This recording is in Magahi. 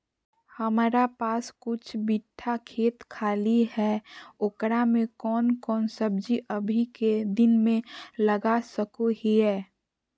हमारा पास कुछ बिठा खेत खाली है ओकरा में कौन कौन सब्जी अभी के दिन में लगा सको हियय?